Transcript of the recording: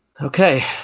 Okay